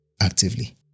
actively